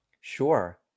Sure